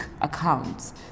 accounts